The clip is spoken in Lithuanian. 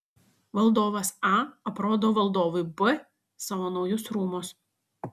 valdovas a aprodo valdovui b savo naujus rūmus